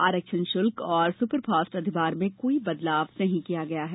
आरक्षण शुल्क और सुपरफास्ट अधिभार में कोई बदलाव नहीं किया गया है